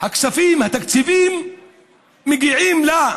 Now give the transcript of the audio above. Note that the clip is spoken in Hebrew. שנכנסות ליישובים אלו,